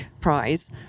prize